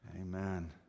Amen